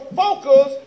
focus